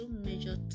major